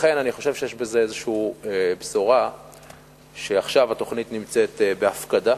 לכן אני חושב שיש בזה איזו בשורה שעכשיו התוכנית נמצאת בהפקדה,